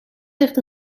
ligt